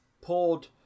poured